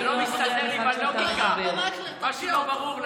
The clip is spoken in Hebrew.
זה לא מסתדר עם הלוגיקה, משהו לא ברור לנו.